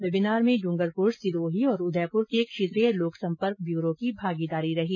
webinar में डूंगरपुर सिरोही और उदयपुर के क्षेत्रीय लोक सम्पर्क ब्यूरो की भागीदारी रही